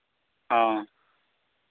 ᱦᱚᱸ